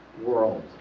world